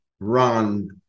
run